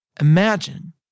Imagine